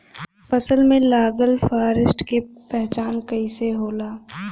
फसल में लगल फारेस्ट के पहचान कइसे होला?